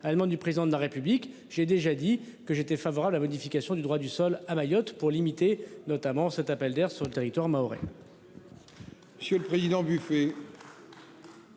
allemand du président de la République, j'ai déjà dit que j'étais favorable, la modification du droit du sol à Mayotte pour limiter notamment cet appel d'air sur le territoire mahorais.